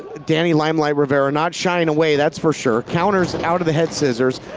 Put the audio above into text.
danny limelight rivera not shying away, that's for sure. counters out of the head scissors.